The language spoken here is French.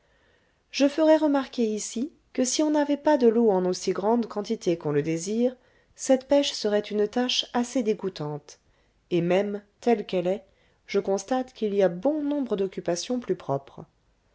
je ferai remarquer ici que si on n'avait pas de l'eau en aussi grande quantité qu'on le désire cette pêche serait une tâche assez dégoûtante et même telle qu'elle est je constate qu'il y a bon nombre d'occupations plus propres